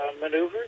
maneuvers